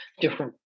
different